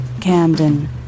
Camden